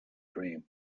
dream